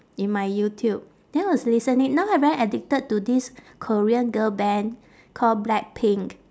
in my youtube then I was listening now I very addicted to this korean girl band call blackpink